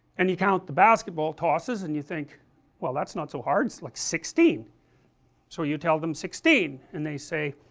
and you count the basketball tosses and you think well that's not so hard, it's like sixteen so you tell them sixteen, and they say,